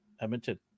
Edmonton